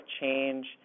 change